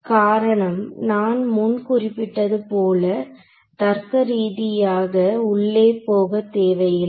காரணம் நான் முன் குறிப்பிட்டது போல தர்க்கரீதியாக உள்ளே போகத் தேவையில்லை